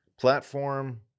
platform